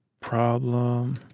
problem